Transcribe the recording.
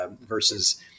versus